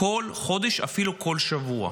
כל חודש, אפילו כל שבוע,